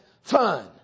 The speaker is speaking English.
fun